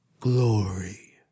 Glory